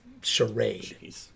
charade